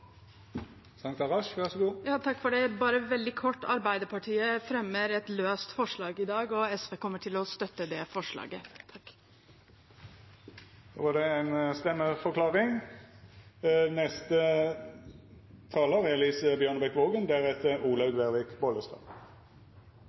Bare veldig kort: Arbeiderpartiet fremmer et forslag alene i dag, forslag nr. 15, og SV kommer til å støtte det forslaget.